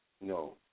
No